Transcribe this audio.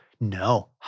no